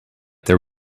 there